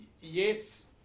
yes